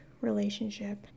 relationship